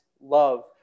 love